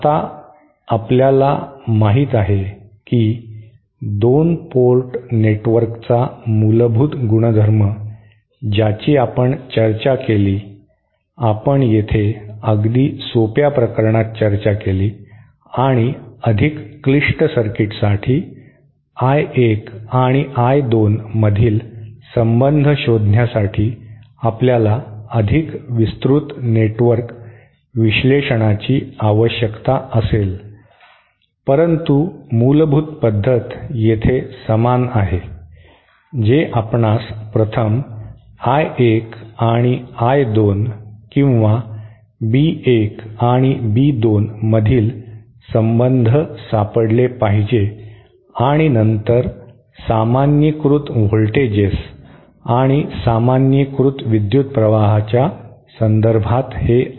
आता आपल्याला माहित आहे ही 2 पोर्ट नेटवर्कचा मूलभूत गुणधर्म ज्याची आपण चर्चा केली आपण येथे अगदी सोप्या प्रकरणात चर्चा केली आणि अधिक क्लिष्ट सर्किट्ससाठी I 1 आणि I 2 मधील संबंध शोधण्यासाठी आपल्याला अधिक विस्तृत नेटवर्क विश्लेषणाची आवश्यकता असेल परंतु मूलभूत पद्धत येथे समान आहे जे आपणास प्रथम I 1 आणि I 2 किंवा B 1 आणि B 2 मधील संबंध सापडले पाहिजे आणि नंतर सामान्यीकृत व्होल्टेजेस आणि सामान्यीकृत विद्युत् प्रवाहाच्या संदर्भात हे आहे